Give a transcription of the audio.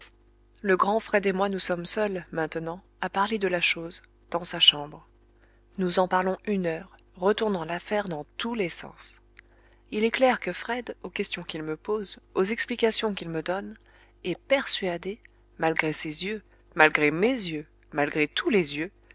le grand fred et moi nous sommes seuls maintenant à parler de la chose dans sa chambre nous en parlons une heure retournant l'affaire dans tous les sens il est clair que fred aux questions qu'il me pose aux explications qu'il me donne est persuadé malgré ses yeux malgré mes yeux malgré tous les yeux